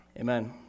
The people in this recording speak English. Amen